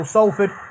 Salford